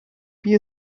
wie